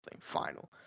Final